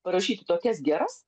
parašyti tokias geras